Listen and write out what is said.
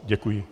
Děkuji.